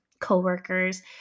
co-workers